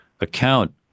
account